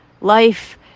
life